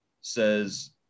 says